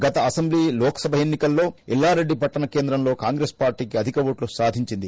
గత అసెంబ్లీ లోక్ సభ ఎన్ని కల్లో ఎల్లారెడ్డి పట్టణ కేంద్రంలో కాంగ్రెస్ పార్టీ అధిక ఓట్లు సాధించింది